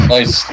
Nice